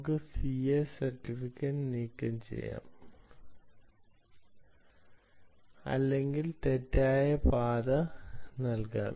നമുക്ക് ca certificate നീക്കംചെയ്യാം അല്ലെങ്കിൽ തെറ്റായ പാത നൽകാം